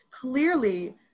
Clearly